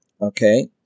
Okay